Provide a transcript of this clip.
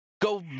go